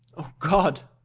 o god!